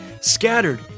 scattered